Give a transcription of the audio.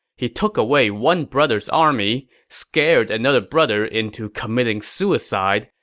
he took away one brother's army, scared another brother into committing suicide,